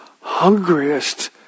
hungriest